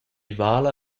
vala